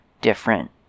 different